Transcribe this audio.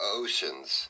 oceans